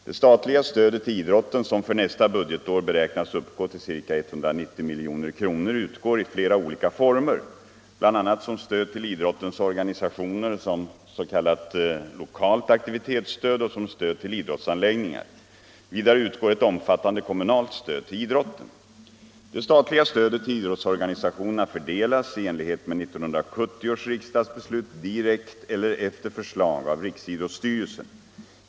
Det statliga stödet till idrotten, som för nästa budgetår beräknas uppgå till ca 190 milj.kr., utgår i flera olika former, bl.a. som stöd till idrottens organisationer, som s.k. lokalt aktivitetsstöd och som stöd till idrottsanläggningar. Vidare utgår ett omfattande kommunalt stöd till idrotten. Det statliga stödet till idrottsorganisationerna fördelas i enlighet med 1970 års riksdagsbeslut direkt eller efter förslag av riksidrottsstyrelsen.